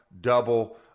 double